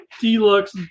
Deluxe